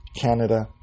Canada